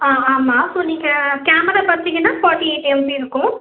ஆ ஆமாம் ஸோ நீங்கள் கேமரா பார்த்தீங்கன்னா ஃபார்ட்டி எயிட் எம்பி இருக்கும்